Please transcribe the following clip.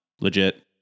legit